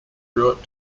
brought